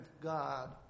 God